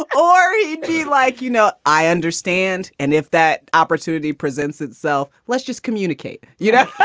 or he'd be like, you know, i understand. and if that opportunity presents itself, let's just communicate. you know,